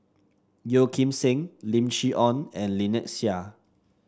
Yeo Kim Seng Lim Chee Onn and Lynnette Seah